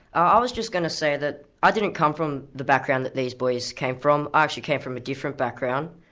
i was just going to say that i didn't come from the background that these boys came from, i actually came from a different background,